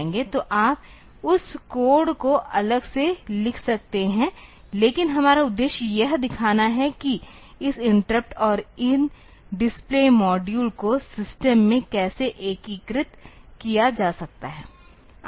तो आप उस कोड को अलग से लिख सकते हैं लेकिन हमारा उद्देश्य यह दिखाना है कि इस इंटरप्ट और इन डिस्प्ले मॉड्यूल को सिस्टम में कैसे एकीकृत किया जा सकता है